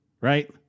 right